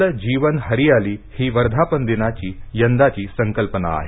जल जीवन हरियाली ही वर्धापन दिनाची यंदाची संकल्पना आहे